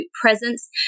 presence